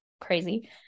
crazy